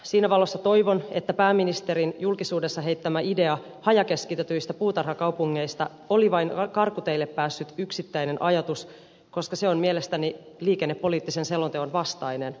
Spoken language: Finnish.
siinä valossa toivon että pääministerin julkisuudessa heittämä idea hajakeskitetyistä puutarhakaupungeista oli vain karkuteille päässyt yksittäinen ajatus koska se on mielestäni liikennepoliittisen selonteon vastainen